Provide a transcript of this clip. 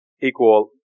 equal